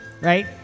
Right